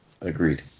agreed